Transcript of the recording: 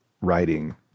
writing